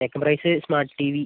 second price smart TV